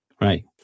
right